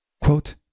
Quote